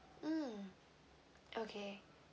mm okay